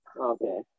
Okay